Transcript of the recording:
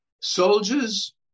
soldiers